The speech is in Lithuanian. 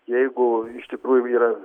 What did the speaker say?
jeigu iš tikrųjų yra